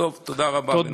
תודה רבה.